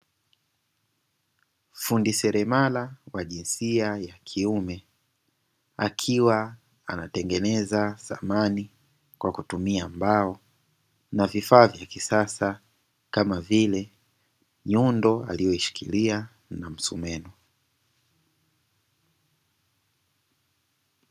Fundi seremala wa jinsia ya kiume akiwa anatengeneza samani kwa kutumia mbao na vifaa vya kisasa kama vile: nyundo aliyoishikilia na msumeno.